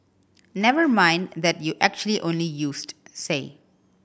never mind that you actually only used say